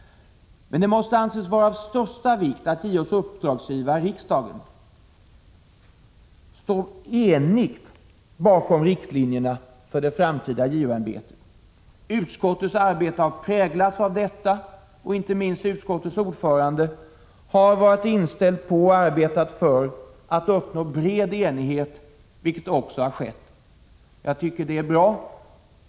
Men det måste anses vara av största vikt att JO:s uppdragsgivare, riksdagen, står enig bakom riktlinjerna för det framtida JO-ämbetet. Utskottets arbete har präglats av detta. Inte minst utskottets ordförande har varit inställd på och arbetat för att uppnå bred enighet, vilket också har skett. Jag tycker att det är bra.